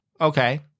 Okay